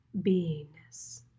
beingness